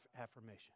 affirmation